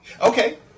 Okay